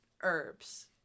herbs